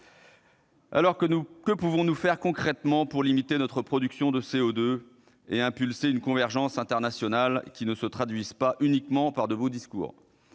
lors, que pouvons-nous faire concrètement pour limiter notre production de CO2 et engager une convergence internationale qui ne se traduirait pas uniquement par de beaux discours ?